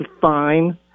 fine